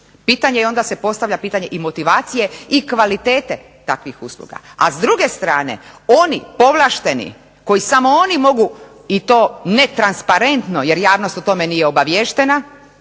Pitanje je, onda se postavlja pitanje i motivacije i kvalitete takvih usluga. A s druge strane, oni povlašteni koji samo oni mogu i to netransparentno jer javnost o tome nije obaviještena,